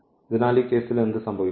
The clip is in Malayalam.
അതിനാൽ ഈ കേസിൽ എന്ത് സംഭവിക്കും